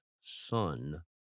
son